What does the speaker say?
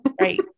Right